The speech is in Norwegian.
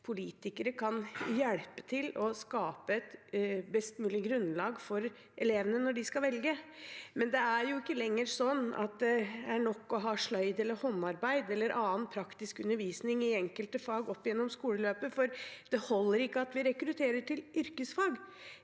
politikere kan hjelpe til å skape et best mulig grunnlag for elevene når de skal velge. Men det er ikke lenger sånn at det er nok å ha sløyd eller håndarbeid eller annen praktisk undervisning i enkelte fag opp gjennom skoleløpet, for det holder ikke at vi rekrutterer til yrkesfag.